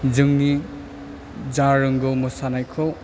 जोंंनि जा रोंगौ मोसानायखौ